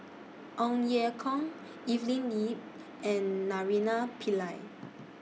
Ong Ye Kung Evelyn NE and Naraina Pillai